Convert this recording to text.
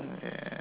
uh